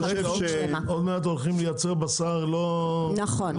עוד מעט הולכים לייצר בשר -- קריאה